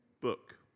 book